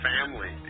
family